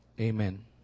amen